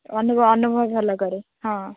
ଅନୁ ଅନୁଭବ ଭଲ କରେ ହଁ